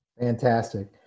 Fantastic